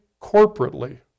corporately